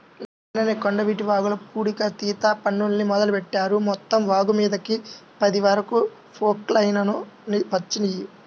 నిన్ననే కొండవీటి వాగుల పూడికతీత పనుల్ని మొదలుబెట్టారు, మొత్తం వాగుమీదకి పది వరకు ప్రొక్లైన్లు వచ్చినియ్యి